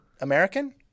American